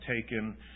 taken